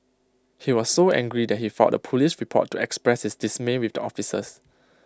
he was so angry that he thought the Police report to express his dismay with the officers